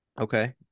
Okay